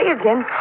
again